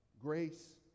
grace